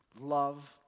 Love